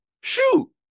Shoot